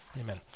Amen